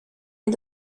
les